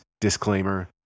disclaimer